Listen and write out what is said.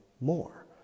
more